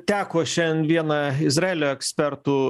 teko šen vieną izraelio ekspertų